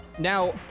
Now